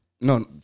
no